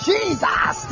Jesus